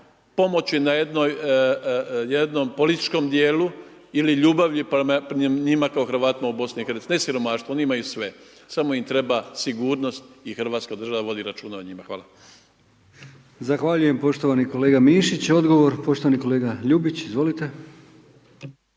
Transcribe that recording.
pomoći na jednom političkom dijelu ili ljubavlju prema njima kao prema Hrvatima u BIH, ne siromaštvo, oni imaju sve, samo im treba sigurnost i Hrvatska država vodi računa o njima. Hvala. **Brkić, Milijan (HDZ)** Zahvaljujem poštovani kolega Mišić, odgovor, poštovani kolega Ljubić, izvolite.